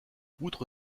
outre